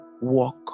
walk